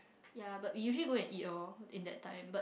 yeah but we usually go and eat (or) in that time but